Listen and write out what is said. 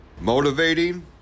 motivating